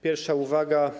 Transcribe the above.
Pierwsza uwaga.